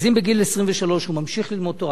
אם בגיל 23 הוא ממשיך ללמוד תורה,